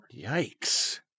Yikes